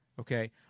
Okay